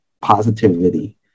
positivity